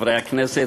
חברי הכנסת,